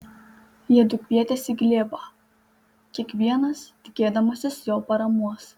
jiedu kvietėsi glėbą kiekvienas tikėdamasis jo paramos